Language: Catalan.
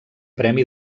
premi